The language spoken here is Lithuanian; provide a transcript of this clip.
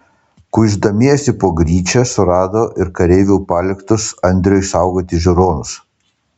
kuisdamiesi po gryčią surado ir kareivių paliktus andriui saugoti žiūronus